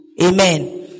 Amen